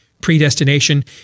predestination